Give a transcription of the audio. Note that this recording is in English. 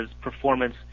performance